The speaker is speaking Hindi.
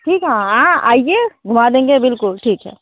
ठीक है हॉं आइए घुमा देंगे बिल्कुल ठीक है